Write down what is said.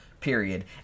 period